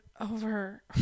over